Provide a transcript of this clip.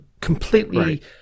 completely